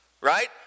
right